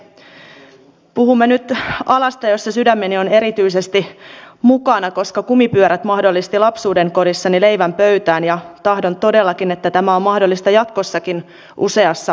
puhumme nyt alasta jossa sydämeni on erityisesti mukana koska kumipyörät mahdollistivat lapsuudenkodissani leivän pöytään ja tahdon todellakin että tämä on mahdollista jatkossakin useassa suomalaiskodissa